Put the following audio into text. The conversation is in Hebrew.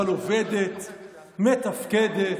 אבל עובדת,